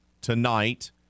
tonight